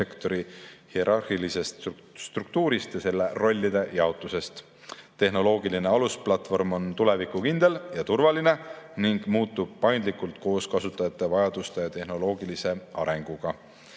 sektori hierarhilisest struktuurist ja selle rollide jaotusest. Tehnoloogiline alusplatvorm on tulevikukindel ja turvaline ning muutub paindlikult koos kasutajate vajaduste ja tehnoloogilise arenguga.